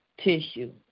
tissue